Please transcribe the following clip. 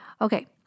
Okay